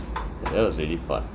that was really fun